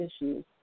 issues